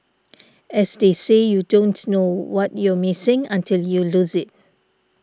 as they say you don't know what you're missing until you lose it